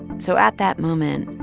so at that moment,